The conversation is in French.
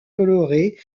colorée